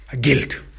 guilt